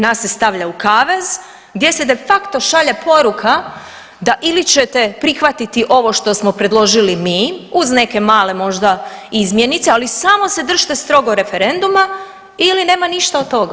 Nas se stavlja u kavez gdje se de facto šalje poruka da ili ćete prihvatiti ovo što smo predložili mi uz neke male možda izmjenice, ali samo se držite strogo referenduma ili nema ništa od toga.